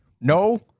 No